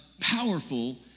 powerful